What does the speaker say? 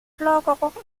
chlorgeruch